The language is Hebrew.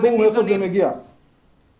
לא